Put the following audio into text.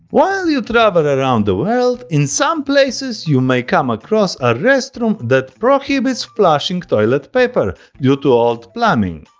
while you travel around the world, in some places you may come across a restroom that prohibits flushing toilet paper, due to old plumbing.